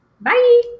Bye